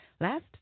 Last